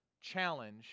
challenge